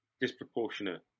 disproportionate